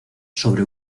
sobre